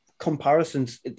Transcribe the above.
comparisons